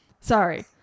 sorry